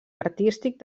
artístic